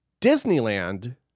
Disneyland